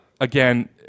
again